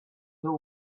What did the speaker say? till